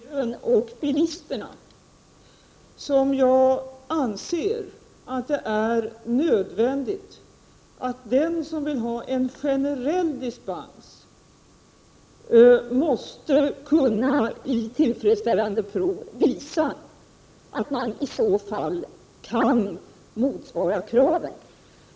Herr talman! Det är just av omsorg om miljön och bilisterna som jag anser att det är nödvändigt att den som vill ha generell dispens kan visa tillfredsställande prov på att man kan leva upp till ställda krav.